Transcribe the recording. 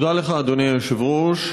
תודה לך, אדוני היושב-ראש.